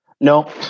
No